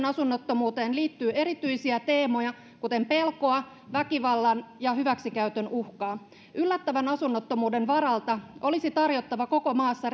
asunnottomuuteen liittyy erityisiä teemoja kuten pelkoa väkivallan ja hyväksikäytön uhkaa yllättävän asunnottomuuden varalta olisi tarjottava koko maassa